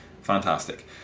fantastic